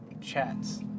chats